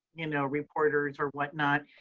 you know reporters or whatnot,